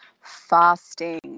Fasting